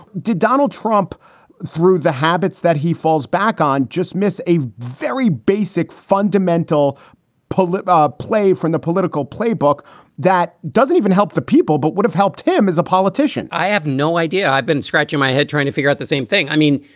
did donald trump through the habits that he falls back on? just miss a very basic fundamental pullet ah play from the political playbook that doesn't even help the people, but would have helped him as a politician? i have no idea. i've been scratching my head trying to figure out the same thing. i mean,